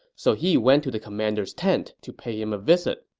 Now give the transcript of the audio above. so he went to the commander's tent to pay him a visit